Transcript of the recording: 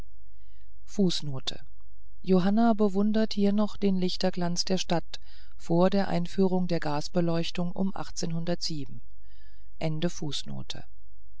johanna bewundert hier noch den lichterglanz der stadt vor der einführung der gasbeleuchtung um